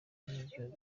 n’ibyo